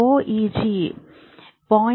rho ಇಜಿ 0